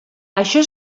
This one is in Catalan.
això